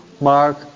Mark